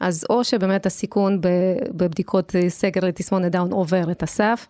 אז או שבאמת הסיכון בבדיקות סקר לתסמונת דאון עובר את הסף.